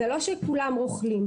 זה לא שכולם רוכלים.